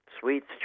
sweets